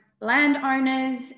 landowners